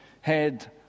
head